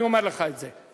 אני אומר לך את זה.